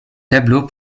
tableaux